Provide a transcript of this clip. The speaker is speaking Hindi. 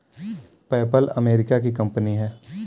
पैपल अमेरिका की कंपनी है